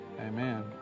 Amen